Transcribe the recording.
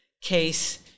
case